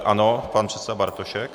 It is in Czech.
Ano, pan předseda Bartošek.